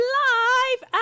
live